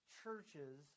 churches